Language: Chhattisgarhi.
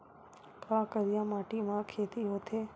का करिया माटी म खेती होथे?